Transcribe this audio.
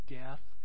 death